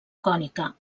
cònica